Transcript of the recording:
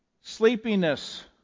Sleepiness